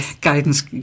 guidance